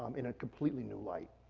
um in a completely new light,